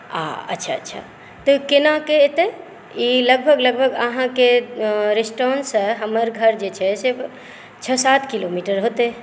आ अच्छा अच्छा तऽ केनाके एतै ई लगभग लगभग आहाँके रेस्तरां सऽ हमर घर जे छै से छओ सात किलोमीटर हेतै